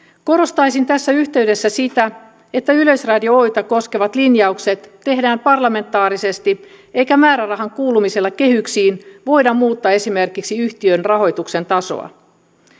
korostaisin tässä yhteydessä sitä että yleisradio oytä koskevat linjaukset tehdään parlamentaarisesti eikä määrärahan kuulumisella kehyksiin voida muuttaa esimerkiksi yhtiön rahoituksen tasoa